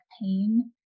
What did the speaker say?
pain